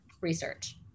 research